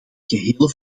gehele